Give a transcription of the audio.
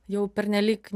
jau pernelyg